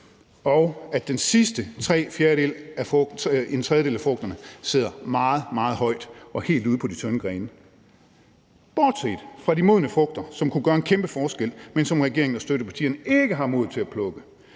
og at den sidste tredjedel af frugterne sidder meget, meget højt og helt ude på de tynde grene – bortset fra de modne frugter, som kunne gøre en kæmpe forskel, men som regeringen og støttepartierne ikke har mod til at plukke.